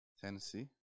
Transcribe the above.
Tennessee